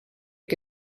que